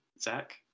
zach